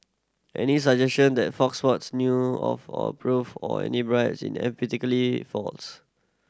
any suggestion that Fox Sports knew of or approved of any bribes is emphatically false